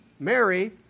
Mary